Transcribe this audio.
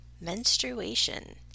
menstruation